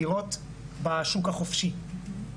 דירות בשוק החופשי.